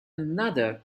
another